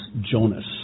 Jonas